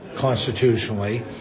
constitutionally